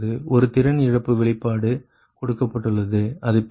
ஒரு திறன் இழப்பு வெளிப்பாடு கொடுக்கப்பட்டுள்ளது அது PLoss 0